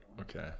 Okay